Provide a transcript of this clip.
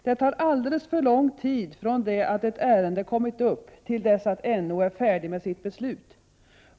Det tar alldeles för lång tid från det att ett ärende kommit upp, till dess att NO är färdig med sitt beslut.